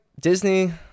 disney